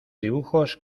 dibujos